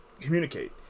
communicate